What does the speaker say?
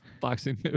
boxing